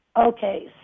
Okay